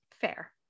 fair